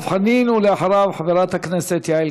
בקריאה שנייה,